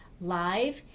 live